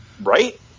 Right